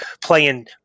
playing